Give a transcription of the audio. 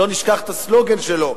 שלא נשכח את הסלוגן שלו,